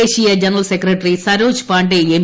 ദേശീയ general secretary Saroj Pandey M